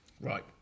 Right